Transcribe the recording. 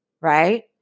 right